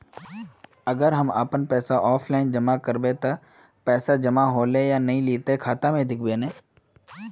अगर हम अपन पैसा ऑफलाइन जमा करबे ते पैसा जमा होले की नय इ ते खाता में दिखते ने?